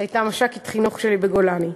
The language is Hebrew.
שהייתה מש"קית חינוך שלי בגולני.